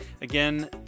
again